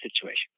situation